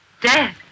Dead